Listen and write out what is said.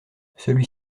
celui